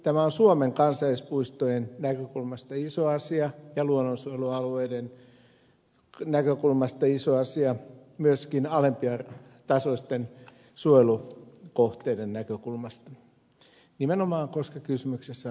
tämä on suomen kansallispuistojen näkökulmasta iso asia ja luonnonsuojelualueiden näkökulmasta iso asia myöskin alempitasoisten suojelukohteiden näkökulmasta nimenomaan koska kysymyksessä on ennakkopäätös